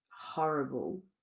horrible